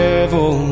Devil